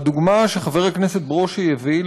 והדוגמה שחבר הכנסת ברושי הביא,